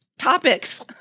Topics